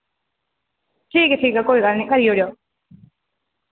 ठीक ऐ ठीक ऐ कोई गल्ल निं कल्ल आई जायो